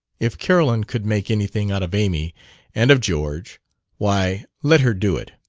if carolyn could make anything out of amy and of george why, let her do it.